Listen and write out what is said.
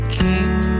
king